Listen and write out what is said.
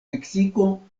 meksiko